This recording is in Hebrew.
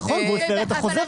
נכון, והוא הפר את החוזה.